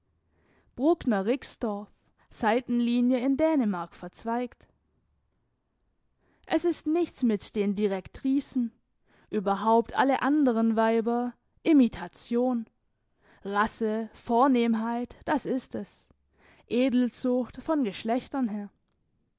bruckner rixdorf seitenlinie in dänemark verzweigt es ist nichts mit den direktricen überhaupt alle anderen weiber imitation rasse vornehmheit das ist es edelzucht von geschlechtern her